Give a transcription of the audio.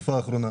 בתקופה האחרונה.